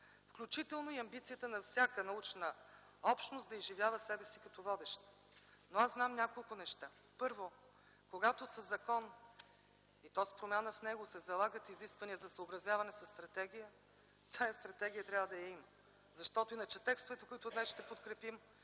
включително и амбицията на всяка научна общност да изживява себе си като водеща. Но аз знам няколко неща – първо, когато със закон, и то с промяна в него, се залагат изисквания за съобразяване със стратегия, тази стратегия трябва да я има, защото иначе текстовете, които днес ще подкрепим,